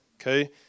okay